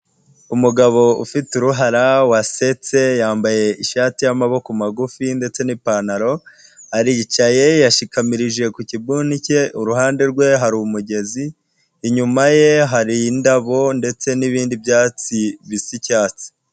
Umugabo ufite uruhara wasetse yambaye ishati y'amaboko magufi ndetse n'ipantaro, aricaye yashikamirije ku kibuni cye, iruhande rwe hari umugezi, inyuma ye hari indabo ndetse n'ibindi byatsi bisa icyatsi.